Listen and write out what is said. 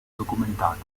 documentati